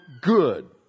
good